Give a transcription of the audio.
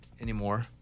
anymore